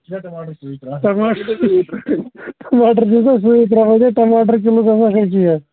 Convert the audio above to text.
ٹماٹر ٹماٹر بوٗزتھا ٹماٹر کِلو گژھان اکھ ہتھ شیٹھ